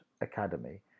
Academy